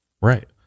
right